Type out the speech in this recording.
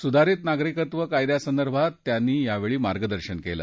सुधारित नागरिकत्व कायद्यासंदर्भात त्यांनी यावेळी मार्गदर्शन केलं